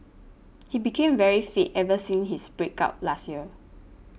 he became very fit ever since his break up last year